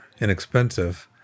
inexpensive